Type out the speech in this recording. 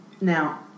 Now